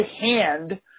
hand